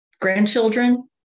grandchildren